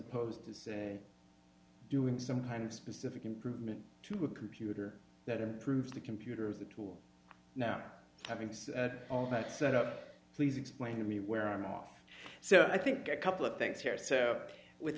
opposed to say doing some kind of specific improvement to a computer that improves the computers the tool now having said all that set up please explain to me where i'm off so i think a couple of things here so with